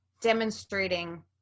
demonstrating